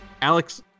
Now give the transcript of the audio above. Alex